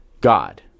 God